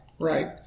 right